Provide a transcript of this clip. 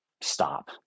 stop